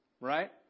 right